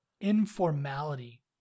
informality